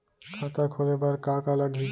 खाता खोले बार का का लागही?